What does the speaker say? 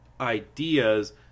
ideas